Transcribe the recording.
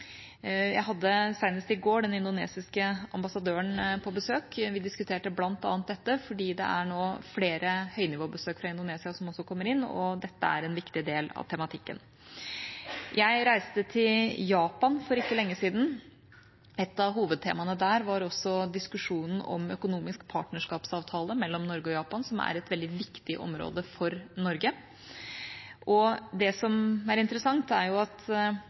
Jeg hadde senest i går den indonesiske ambassadøren på besøk. Vi diskuterte bl.a. dette, fordi det nå er flere høynivåbesøk fra Indonesia som også kommer inn, og dette er en viktig del av tematikken. Jeg reiste til Japan for ikke lenge siden. Et av hovedtemaene der var diskusjonen om økonomisk partnerskapsavtale mellom Norge og Japan, som er et veldig viktig område for Norge. Det som er interessant, er jo at